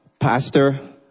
pastor